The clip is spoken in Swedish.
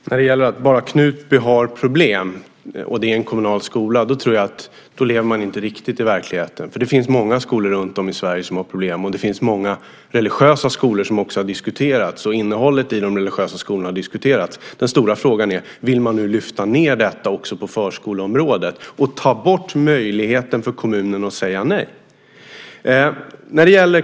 Fru talman! Om man säger att bara Knutby har problem och att det är en kommunal skola så tror jag att man inte riktigt lever i verkligheten. Det finns många skolor runtom i Sverige som har problem, och det finns många religiösa skolor som också har diskuterats, liksom innehållet i de religiösa skolorna. Den stora frågan är: Vill man nu lyfta ned detta också på förskoleområdet och ta bort möjligheten för kommunen att säga nej?